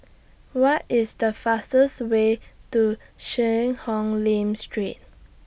What IS The fastest Way to Cheang Hong Lim Street